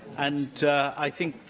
and i think